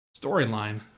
storyline